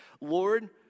Lord